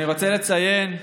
אני רוצה לציין,